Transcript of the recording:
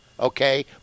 Okay